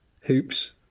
Hoops